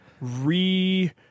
re